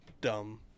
dumb